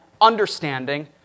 understanding